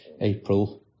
April